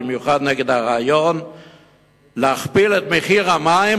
במיוחד נגד הרעיון להכפיל את מחיר המים,